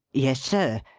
yes, sir,